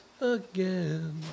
again